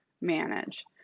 manage